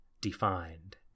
defined